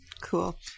Cool